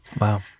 Wow